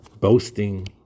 Boasting